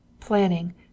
planning